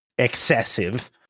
Excessive